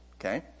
Okay